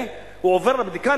הוא עובד בבדיקה,